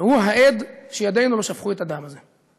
הוא העד שידינו לא שפכו את הדם הזה.